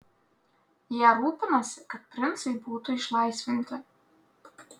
jie rūpinasi kad princai būtų išlaisvinti